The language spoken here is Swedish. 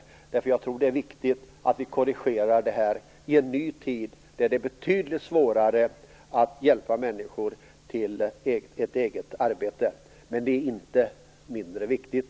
Jag tror nämligen att det är viktigt att vi korrigerar det här, i en ny tid då det är betydligt svårare att hjälpa människor till ett eget arbete, men för den skull inte mindre viktigt.